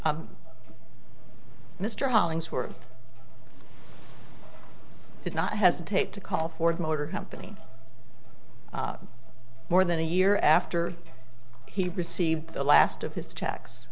not mr hollingsworth did not hesitate to call ford motor company more than a year after he received the last of his tax